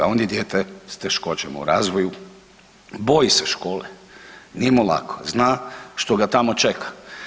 On je dijete s teškoćama u razvoju, boji se škole, nije mu lako, zna što ga tamo čeka.